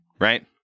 right